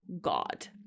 God